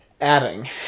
Adding